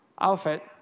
outfit